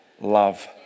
love